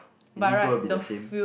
is it gonna be the same